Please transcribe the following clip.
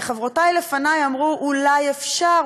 חברותי לפני אמרו: אולי אפשר,